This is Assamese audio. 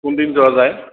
কোনদিন যোৱা যায়